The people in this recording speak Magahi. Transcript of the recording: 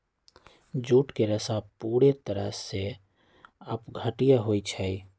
जूट के रेशा पूरे तरह से अपघट्य होई छई